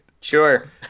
Sure